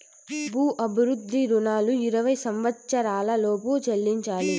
భూ అభివృద్ధి రుణాలు ఇరవై సంవచ్చరాల లోపు చెల్లించాలి